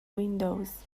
windows